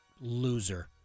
loser